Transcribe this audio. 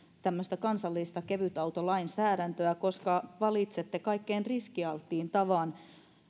tämmöistä kansallista kevytautolainsäädäntöä koska valitsette kaikkein riskialtteimman tavan